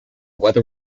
weather